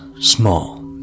Small